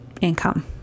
income